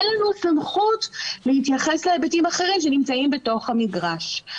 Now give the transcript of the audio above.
אין לנו סמכות להתייחס להיבטים אחרים שנמצאים בתוך המגרש.